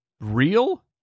real